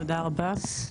תודה רבה.